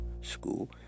School